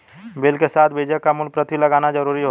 bill के साथ बीजक की मूल प्रति लगाना जरुरी होता है